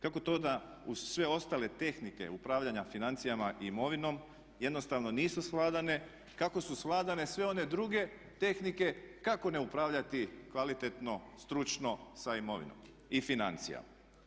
Kako to da uz sve ostale tehnike upravljanja financijama i imovinom jednostavno nisu svladane, kako su svladane sve one druge tehnike kako ne upravljati kvalitetno, stručno sa imovinom i financijama?